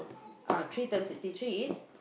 ah three times sixty three is